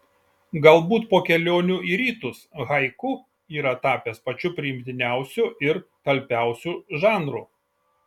galbūt po kelionių į rytus haiku yra tapęs pačiu priimtiniausiu ir talpiausiu žanru